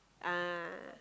ah